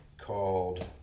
called